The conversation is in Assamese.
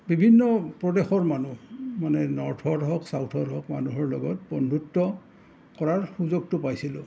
বিভিন্ন প্ৰদেশৰ মানুহ মানে নৰ্থৰ হওক চাউথৰ হওক মানুহৰ লগত বন্ধুত্ব কৰাৰ সুযোগটো পাইছিলোঁ